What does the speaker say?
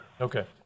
Okay